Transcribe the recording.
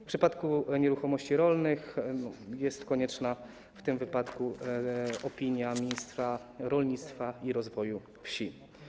W przypadku nieruchomości rolnych konieczna jest w tym wypadku opinia ministra rolnictwa i rozwoju wsi.